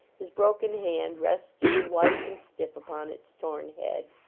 his broken hand resting white and stiff upon its torn head.